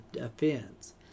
offense